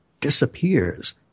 disappears